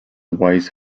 wise